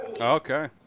Okay